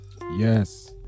Yes